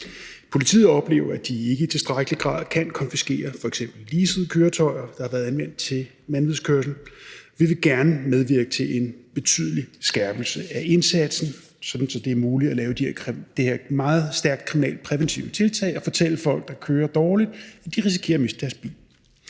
Politiet oplever, at de ikke i tilstrækkelig grad kan konfiskere f.eks. leasede køretøjer, der er blevet anvendt til vanvidskørsel. Vi vil gerne medvirke til en betydelig skærpelse af indsatsen, sådan at det er muligt at lave det her meget stærkt kriminalpræventive tiltag og fortælle folk, der kører dårligt, at de risikerer at miste deres bil.